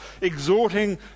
exhorting